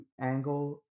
angle